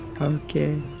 Okay